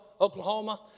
Oklahoma